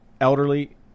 elderly